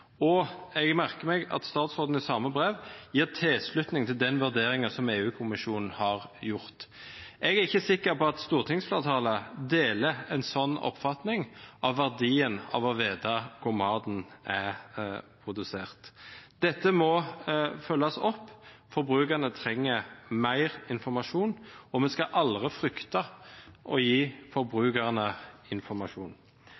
Jeg merker meg at statsråden i samme brev gir tilslutning til den vurderingen som EU-kommisjonen har gjort. Jeg er ikke sikker på at stortingsflertallet deler en slik oppfatning av verdien av å vite hvor maten er produsert. Dette må følges opp. Forbrukerne trenger mer informasjon, og vi skal aldri frykte å gi forbrukerne informasjon.